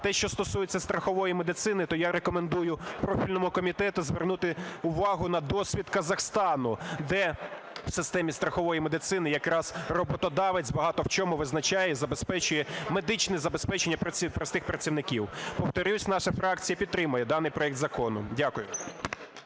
те, що стосується страхової медицини, то я рекомендую профільному комітету звернути увагу на досвід Казахстану, де в системі страхової медицини якраз роботодавець багато в чому визначає і забезпечує медичне забезпечення простих працівників. Повторюсь, наша фракція підтримує даний проект закону. Дякую.